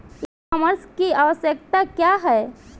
ई कॉमर्स की आवशयक्ता क्या है?